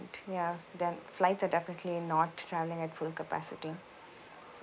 ya then flights are definitely not travelling at full capacity so